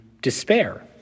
despair